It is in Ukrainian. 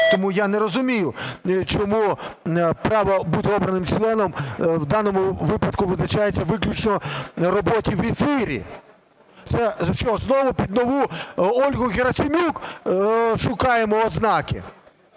Тому я не розумію, чому право бути обраним членом в даному випадку визначається виключно в роботі в ефірі. Це що, знову під нову Ольгу Герасим'юк шукаємо ознаки?